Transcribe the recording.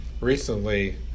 recently